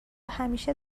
همیشه